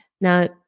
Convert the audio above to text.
Now